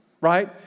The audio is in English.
Right